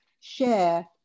share